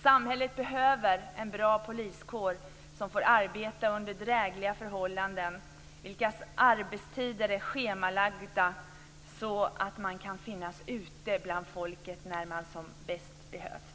Samhället behöver en bra poliskår, som får arbeta under drägliga förhållanden och som har schemalagda arbetstider så att polisen kan finnas ute bland folk när den som bäst behövs.